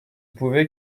pouvait